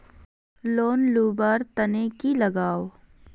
Loan लुवा र तने की लगाव?